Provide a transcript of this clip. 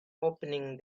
opening